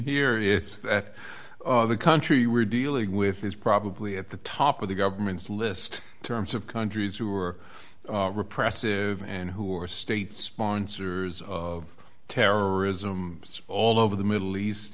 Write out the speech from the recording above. here is that the country we're dealing with is probably at the top of the government's list terms of countries who are repressive and who are state sponsors of terrorism all over the middle east